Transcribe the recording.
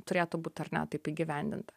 turėtų būt ar ne taip įgyvendinta